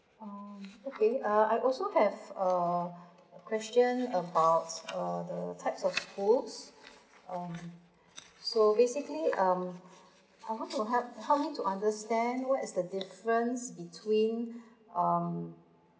um okay uh I also have a question about uh the types of schools um so basically um I want to help help me to understand what is the difference between um